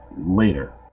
later